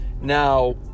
Now